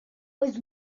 was